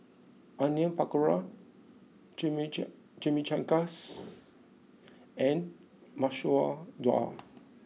Onion Pakora Chimichangas and Masoor Dal